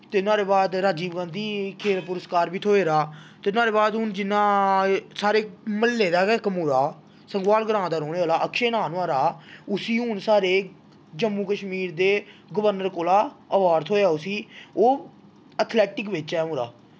फ्ही नोहाड़े बाद राजीव गांधी खेल पुरस्कार बी थ्होए दा ते नोहाड़े बाद जि'यां साढ़े मह्ल्लै दा गै इक मुड़ा संगोआल ग्रांऽ दा रौह्ने आह्ला अकशे नांऽ नोहाड़ा उस्सी हून साढ़े जम्मू कश्मीर दे गवर्नर कोला अवार्ड़ थ्होया उस्सी ओह् अथलैटिक बिच्च ऐ मुड़ा